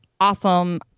awesome